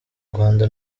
rwanda